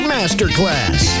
Masterclass